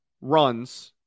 runs